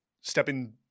Stepping